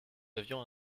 avions